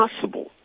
possible